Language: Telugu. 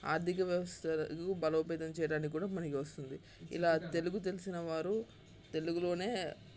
ఆర్ధిక వ్యవస్థలు బలోపేతం చేయటానికి కూడా పనికి వస్తుంది ఇలా తెలుగు తెలిసిన వారు తెలుగులో